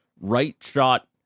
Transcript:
right-shot